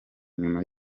nyuma